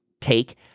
take